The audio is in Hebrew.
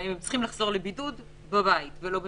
שבהן הם צריכים לחזור לבידוד בבית ולא במלונית.